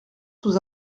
sous